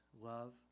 love